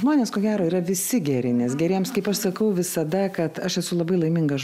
žmonės ko gero yra visi geri nes geriems kaip aš sakau visada kad aš esu labai laimingas